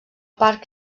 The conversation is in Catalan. parc